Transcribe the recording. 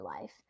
life